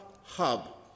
hub